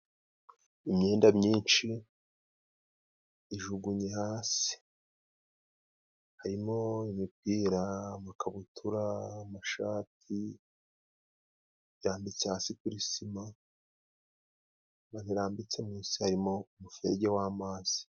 Imyenda myinshi ijugunye hasi，harimo imipira，amakabutura，amashati irambitse hasi kuri sima，aho bayirambitse hasi hari umuferege w'amazi.